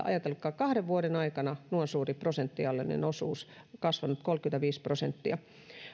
ajatelkaa kahden vuoden aikana noin suuri prosentuaalinen osuus kasvanut kolmekymmentäviisi prosenttia